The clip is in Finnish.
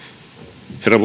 herra